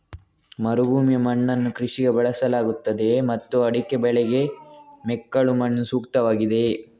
ಮರುಭೂಮಿಯ ಮಣ್ಣನ್ನು ಕೃಷಿಗೆ ಬಳಸಲಾಗುತ್ತದೆಯೇ ಮತ್ತು ಅಡಿಕೆ ಬೆಳೆಗೆ ಮೆಕ್ಕಲು ಮಣ್ಣು ಸೂಕ್ತವಾಗಿದೆಯೇ?